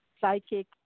psychic